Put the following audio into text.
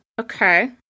Okay